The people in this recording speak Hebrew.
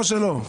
או שלא?